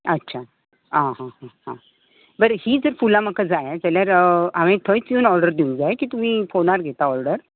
अच्छा आं आं हां बरें हीं जर फुलां म्हाका जाय जाल्यार हांवें थंयच येवन ऑर्डर दिवं जाय की तुमी फोनार घेता ऑर्डर